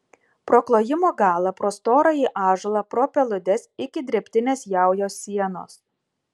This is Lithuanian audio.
pro klojimo galą pro storąjį ąžuolą pro peludes iki drėbtinės jaujos sienos